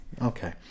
okay